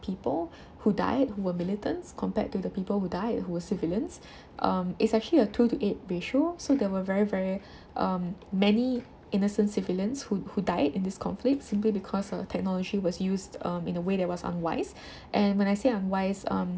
people who died who were militants compared to the people who died who were civilians um it's actually a two to eight ratio so there were very very um many innocent civilians who who died in this conflict simply because of the technology was used um in a way that was unwise and when I say unwise um